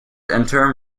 interim